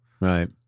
Right